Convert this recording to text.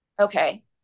Okay